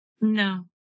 no